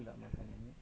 mm